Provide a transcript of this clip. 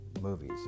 movies